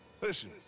Listen